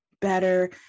better